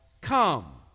come